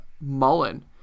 Mullen